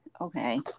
Okay